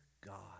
God